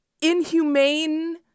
inhumane